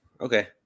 Okay